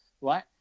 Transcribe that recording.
Right